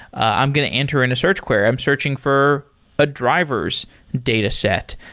i'm going to enter in a search query. i'm searching for a driver s dataset,